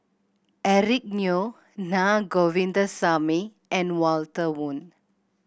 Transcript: Eric Neo Naa Govindasamy and Walter Woon